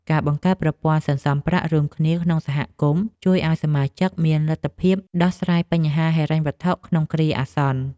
ការបង្កើតប្រព័ន្ធសន្សំប្រាក់រួមគ្នាក្នុងសហគមន៍ជួយឱ្យសមាជិកមានលទ្ធភាពដោះស្រាយបញ្ហាហិរញ្ញវត្ថុក្នុងគ្រាអាសន្ន។